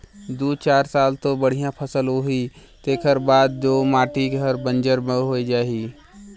दू चार साल तो बड़िया फसल होही तेखर बाद ओ माटी हर बंजर होए जाही